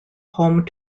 home